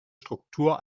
struktur